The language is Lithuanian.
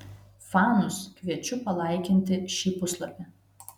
fanus kviečiu palaikinti šį puslapį